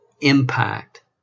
impact